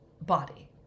body